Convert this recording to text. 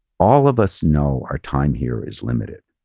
all of us know our time here is limited,